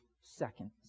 seconds